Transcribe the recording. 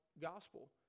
gospel